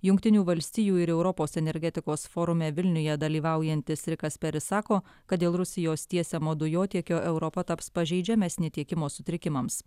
jungtinių valstijų ir europos energetikos forume vilniuje dalyvaujantis rikas peris sako kad dėl rusijos tiesiamo dujotiekio europa taps pažeidžiamesnė tiekimo sutrikimams